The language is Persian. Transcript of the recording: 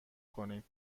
کنید